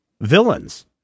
villains